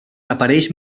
apareix